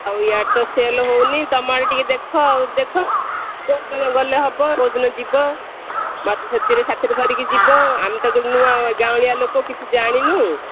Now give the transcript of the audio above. ଆଉ ଇଆଡ଼େ ତ ସେଲ୍ ହଉନି ତମ ଆଡ଼େ ଟିକେ ଦେଖ ଆଉ ଦେଖ ତ କେଉଁଦିନ ଗଲେ ହବ କେଉଁଦିନ ଯିବ ମୋତେ ସେଥିରେ ସାଥିରେ ଧରିକି ଯିବ ଆମେ ତ ନୂଆ ଗାଉଁଳିଆ ଲୋକ କିଛି ଜାଣିନୁ